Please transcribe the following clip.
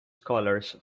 scholars